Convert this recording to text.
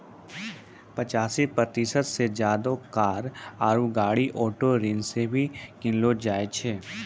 पचासी प्रतिशत से ज्यादे कार आरु गाड़ी ऑटो ऋणो से ही किनलो जाय छै